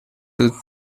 two